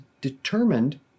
determined